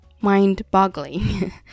mind-boggling